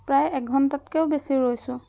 প্ৰায় এঘণ্টাতকৈও বেছি ৰৈছোঁ